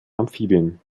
amphibien